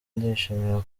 ndishimira